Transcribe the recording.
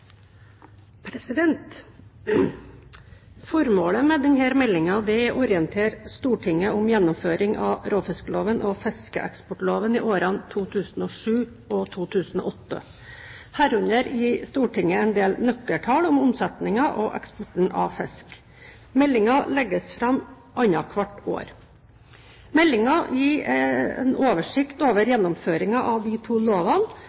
forslag. Formålet med denne meldingen er å orientere Stortinget om gjennomføring av råfiskloven og fiskeeksportloven i årene 2007 og 2008, herunder gi Stortinget en del nøkkeltall om omsetningen og eksporten av fisk. Meldingen legges fram annethvert år. Meldingen gir en oversikt over gjennomføringen av de to lovene